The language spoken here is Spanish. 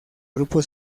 grupo